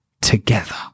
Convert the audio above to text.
together